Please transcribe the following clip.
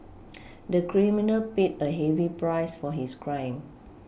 the criminal paid a heavy price for his crime